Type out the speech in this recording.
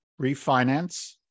refinance